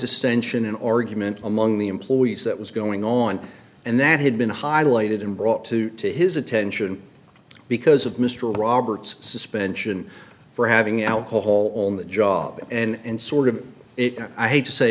distention an argument among the employees that was going on and that had been highlighted and brought to to his attention because of mr robert's suspension for having alcohol on the job and sort of it i hate to say